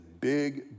big